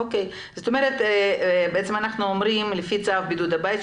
אנחנו בעצם אומרים לפי צו בידוד הבית,